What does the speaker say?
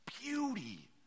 beauty